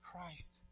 Christ